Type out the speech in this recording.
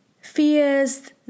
fears